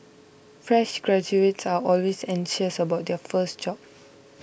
fresh graduates are always anxious about their first job